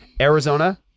Arizona